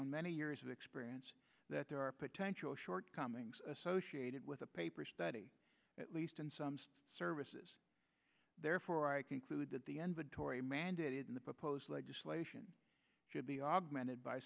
on many years of experience that there are potential shortcomings associated with a paper study at least in some services therefore i conclude that the end of a tory mandate in the proposed legislation should be augmented by